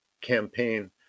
campaign